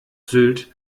sylt